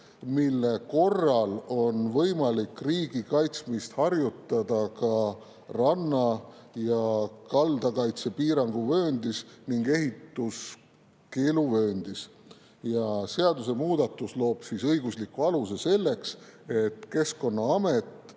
mille korral on võimalik riigi kaitsmist harjutada ka ranna‑ ja kaldakaitse piiranguvööndis ning ehituskeeluvööndis. Seadusemuudatus loob õigusliku aluse selleks, et Keskkonnaamet